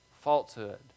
falsehood